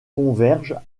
convergent